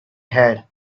had